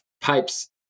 pipes